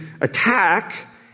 attack